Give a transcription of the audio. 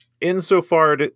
insofar